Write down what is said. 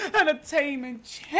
entertainment